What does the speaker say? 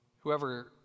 Whoever